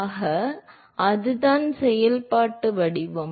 ஆக அதுதான் செயல்பாட்டு வடிவம்